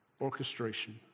orchestration